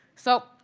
so,